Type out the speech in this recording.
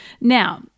now